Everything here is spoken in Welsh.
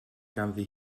ganddi